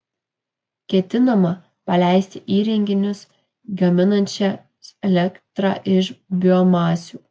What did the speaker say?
ketinama paleisti įrenginius gaminančius elektrą iš biomasių